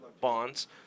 bonds –